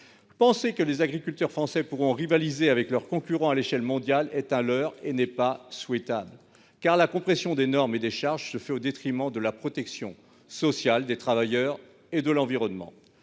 Penser que les agriculteurs français pourront rivaliser avec leurs concurrents à l'échelle mondiale est un leurre. Une telle rivalité n'est en outre pas souhaitable, car la compression des normes et des charges se fait au détriment de la protection sociale des travailleurs et de l'environnement.